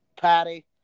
Patty